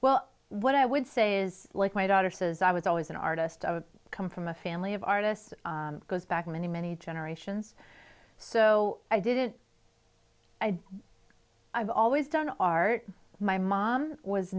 what i would say is like my daughter says i was always an artist i would come from a family of artists goes back many many generations so i did it i've always done art my mom was